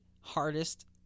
hardest